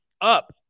up